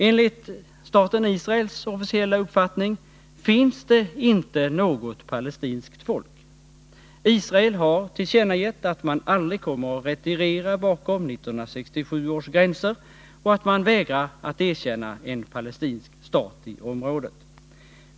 Enligt staten Israels officiella uppfattning finns det inte något palestinskt folk. Israel har tillkännagett att man aldrig kommer att retirera bakom 1967 års gränser och att man vägrar att erkänna en palestinsk stat i området.